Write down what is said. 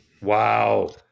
Wow